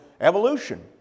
evolution